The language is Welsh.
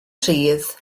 rhydd